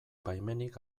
baimenik